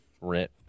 rent